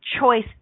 choice